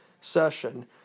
session